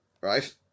right